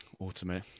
automate